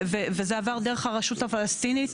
וזה עבר דרך הרשות הפלסטינית.